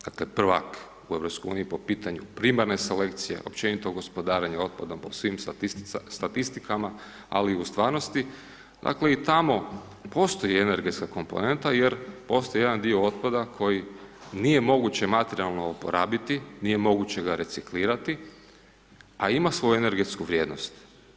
Dakle prvak u EU-u po pitanju primarne selekcije, općenito gospodarenja otpadom po svim statistikama ali i u stvarnosti, dakle i tamo postoji energetska komponenta jer postoji jedan dio otpada koji nije moguće materijalno uporabiti, nije moguće ga reciklirati a ima svoju energetsku vrijednost.